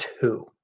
two